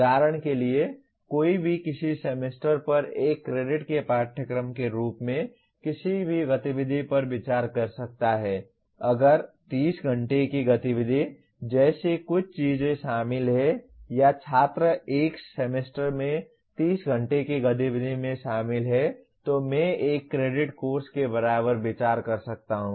उदाहरण के लिए कोई भी किसी सेमेस्टर पर 1 क्रेडिट के पाठ्यक्रम के रूप में किसी भी गतिविधि पर विचार कर सकता है अगर 30 घंटे की गतिविधि जैसी कुछ चीजें शामिल हैं या छात्र एक सेमेस्टर में 30 घंटे की गतिविधि में शामिल हैं तो मैं 1 क्रेडिट कोर्स के बराबर विचार कर सकता हूं